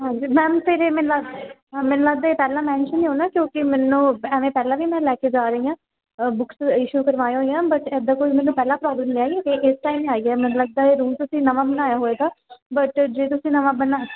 ਹਾਂਜੀ ਮੈਮ ਫਿਰ ਏ ਮੈਨੂੰ ਲੱਗਦਾ ਪਹਿਲਾਂ ਮੈਂਸ਼ਨ ਨਹੀਂ ਹੋਣਾ ਕਿਉਂਕਿ ਮੈਨੂੰ ਐਵੇਂ ਪਹਿਲਾਂ ਵੀ ਮੈਂ ਲੈ ਕੇ ਜਾ ਰਹੀ ਹਾਂ ਬੁਕਸ ਇਸ਼ੂ ਕਰਵਾਈਆਂ ਹੋਈਆਂ ਬਟ ਇੱਦਾਂ ਕੋਈ ਮੈਨੂੰ ਪਹਿਲਾਂ ਪਰੋਬਲਮ ਨਹੀਂ ਆਈ ਅਤੇ ਏਸ ਟਾਈਮ ਆਈ ਹੈ ਅਤੇ ਮੈਨੂੰ ਲੱਗਦਾ ਇਹ ਰੂਲ ਤੁਸੀਂ ਨਵਾਂ ਬਣਾਇਆ ਹੋਏਗਾ ਬਟ ਜੇ ਤੁਸੀਂ ਨਵਾਂ ਬਣਾਇਆ